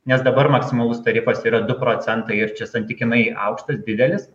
nes dabar maksimalus tarifas yra du procentai ir čia santykinai aukštas didelis